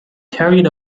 carried